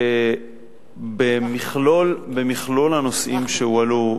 במכלול הנושאים שהועלו,